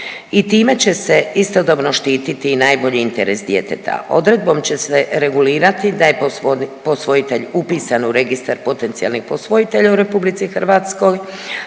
i time će se istodobno štititi i najbolji interes djeteta. Odredbom će se regulirati da je posvojitelj upisan u registar potencijalnih posvojitelja u RH ako